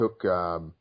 took